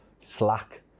slack